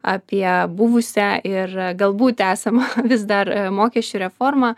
apie buvusią ir galbūt esamą vis dar mokesčių reformą